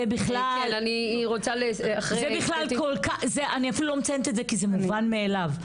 אני אפילו לא מציינת את זה כי זה מובן מאליו,